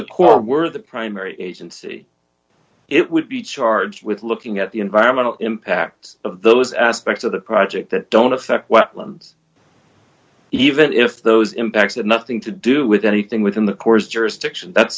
the court were the primary agency it would be charged with looking at the environmental impacts of those aspects of the project that don't affect what limbs even if those impacts have nothing to do with anything within the corps jurisdiction that